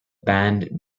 band